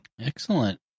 Excellent